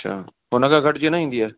अच्छा हुन खां घटि जीअं न ईंदी आहे